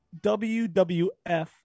WWF